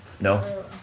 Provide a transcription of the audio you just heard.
no